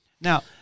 Now